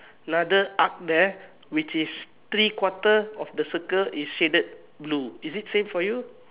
another arc there which is three quarter of the circle is shaded blue is it same for you